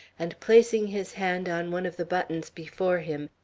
and placing his hand on one of the buttons before him,